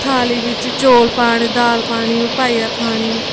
थाली बिच्च चौल पाने दाल पानी ओह् पाइयै खानी